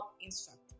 instructor